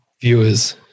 Viewers